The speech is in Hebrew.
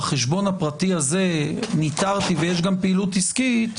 בחשבון הפרטי הזה ניטרתי ויש גם פעילות עסקית,